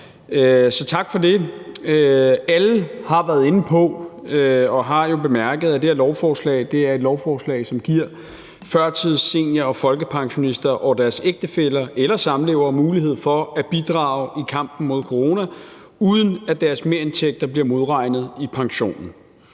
Så tak for det. Alle har været inde på og har jo bemærket, at det her lovforslag er et lovforslag, som giver førtids-, senior- og folkepensionister og deres ægtefæller eller samlevere mulighed for at bidrage i kampen mod corona, uden at deres merindtægter bliver modregnet i pensionen.